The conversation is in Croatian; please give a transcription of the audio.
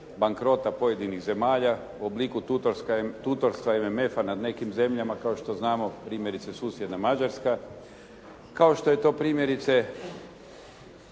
bankrota pojedinih zemalja, u obliku tutorstva MMF-a nad nekim zemljama, kao što znamo primjerice susjedna Mađarska, kao što je to primjerice